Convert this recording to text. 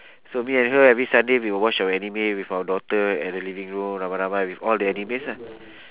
so me and her every sunday we will watch our anime with our daughter at the living room ramai ramai with all the animes ah